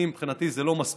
אני, מבחינתי, זה לא מספיק,